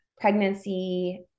pregnancy